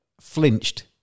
flinched